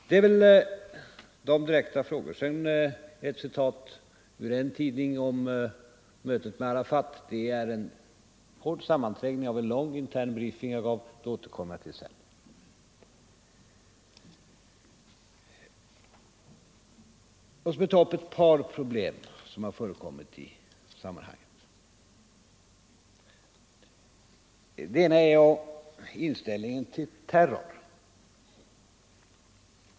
Detta var de direkta frågorna. Sedan gällde det ett citat ur en tidning om mötet med Arafat. Det är en hård sammanträngning av en lång intern briefing som jag gav, och det återkommer jag till senare. Jag skall nu ta upp ett par problem som har förekommit i sammanhanget. Det ena gäller inställningen till terror.